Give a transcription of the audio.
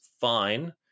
fine